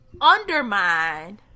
undermine